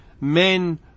men